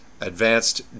Advanced